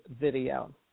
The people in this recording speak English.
video